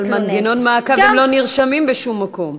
אבל מנגנון מעקב, הם לא נרשמים בשום מקום.